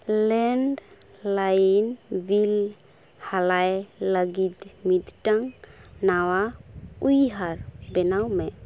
landline bill ᱦᱟᱞᱟᱭ ᱞᱟᱹᱜᱤᱫᱽ ᱢᱤᱫᱴᱟᱝ ᱱᱟᱣᱟ ᱩᱭᱦᱟᱹᱨ ᱵᱮᱱᱟᱣᱢᱮ